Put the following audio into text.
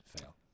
fail